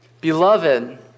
Beloved